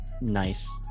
nice